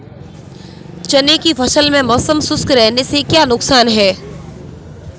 चने की फसल में मौसम शुष्क रहने से क्या नुकसान है?